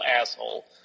asshole